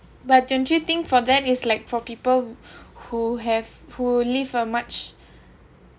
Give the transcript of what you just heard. but don't you think for that is like for people who have who live a much